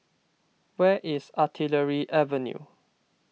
where is Artillery Avenue